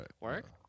work